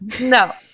no